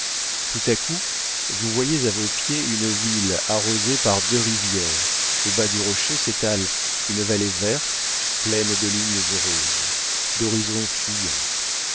tout à coup vous voyez à vos pieds une ville arrosée par deux rivières au bas du rocher s'étale une vallée verte pleine de lignes heureuses d'horizons fuyants